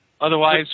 Otherwise